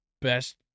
best